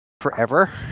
forever